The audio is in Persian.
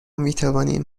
میتوانیم